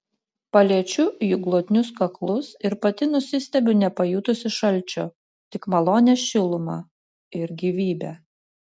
paliečiu jų glotnius kaklus ir pati nusistebiu nepajutusi šalčio tik malonią šilumą ir gyvybę